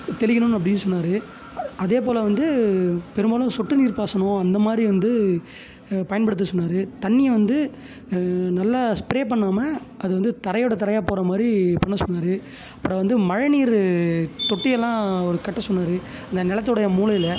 தெளிக்கணும் அப்படின் சொன்னார் அதே போல் வந்து பெரும்பாலும் சொட்டு நீர் பாசனம் அந்த மாதிரி வந்து பயன்படுத்த சொன்னார் தண்ணியை வந்து நல்லா ஸ்ப்ரே பண்ணாமல் அது வந்து தரையோடு தரையாக போகிற மாதிரி பண்ண சொன்னார் அப்புறம் வந்து மழை நீர் தொட்டியெல்லாம் அவர் கட்ட சொன்னார் அந்த நிலத்தோடைய மூலையில்